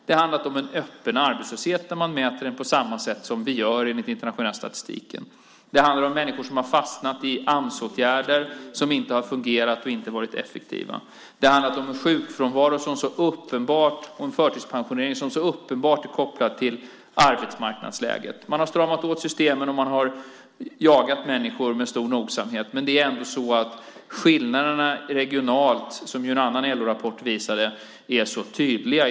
Det har handlat om en öppen arbetslöshet när man mäter den enligt den internationella statistiken. Det handlar om människor som har fastnat i Amsåtgärder som inte har fungerat och som inte har varit effektiva. Det har handlat om en sjukfrånvaro och en förtidspensionering som så uppenbart är kopplade till arbetsmarknadsläget. Man har stramat åt systemen och jagat människor med stor nogsamhet, men skillnaderna regionalt, vilket en annan LO-rapport visade, är tydliga.